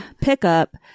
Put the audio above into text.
pickup